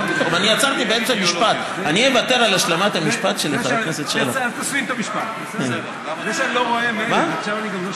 ולכן לדעתי